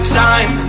time